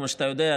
כמו שאתה יודע,